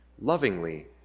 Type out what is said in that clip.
lovingly